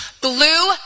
Blue